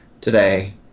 today